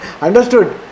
Understood